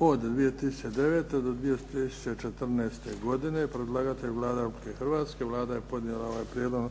od 2009. do 2014. godine Predlagatelj Vlada Republike Hrvatske. Vlada je podnijela ovaj prijedlogu